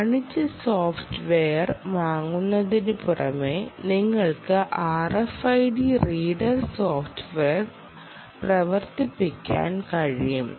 വാണിജ്യ സോഫ്റ്റ്വെയർ വാങ്ങുന്നതിനുപുറമെ നിങ്ങൾക്ക് RFID റീഡർ സോഫ്റ്റ്വെയർ പ്രവർത്തിപ്പിക്കാൻ കഴിയും